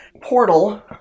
Portal